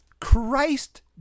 Christ